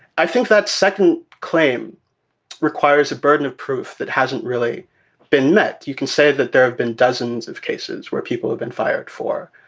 i think that second claim requires a burden of proof that hasn't really been met. you can say that there have been dozens of cases where people have been fired for